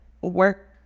work